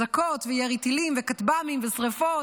אזעקות וירי טילים וכטב"מים ושרפות.